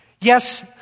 Yes